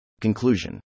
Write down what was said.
Conclusion